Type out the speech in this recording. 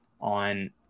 on